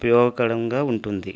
ఉపయోగకరంగా ఉంటుంది